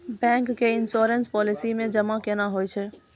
Bank के insurance policy मे जमा केना होय छै?